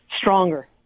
stronger